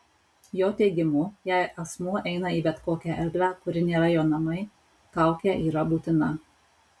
jo teigimu jei asmuo eina į bet kokią erdvę kuri nėra jo namai kaukė yra būtina